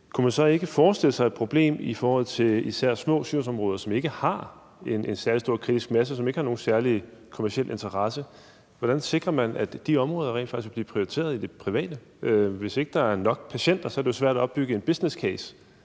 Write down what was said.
kunne man så ikke forestille sig et problem i forhold til især små sygdomsområder, som ikke har en særlig stor kritisk masse, og som ikke har nogen særlig kommerciel interesse? Hvordan sikrer man, at de områder rent faktisk bliver prioriteret i det private? Hvis ikke der er nok patienter, er det jo svært at opbygge en business case